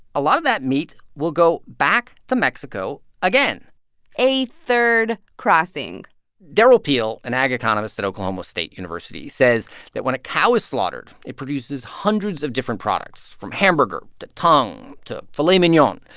a lot of that meat will go back to mexico again a third crossing derrell peel, an ag economist at oklahoma state university, says that when a cow is slaughtered, it produces hundreds of different products, from hamburger to tongue to filet mignon.